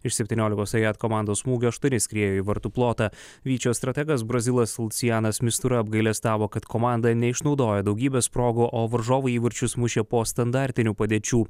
iš septyniolikos ajat komandos smūgių aštuoni skriejo į vartų plotą vyčio strategas brazilas lucianas mistura apgailestavo kad komanda neišnaudojo daugybės progų o varžovų įvarčius mušė po standartinių padėčių